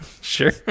sure